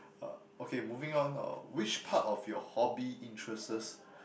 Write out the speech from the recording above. uh okay moving on uh which part of your hobby interests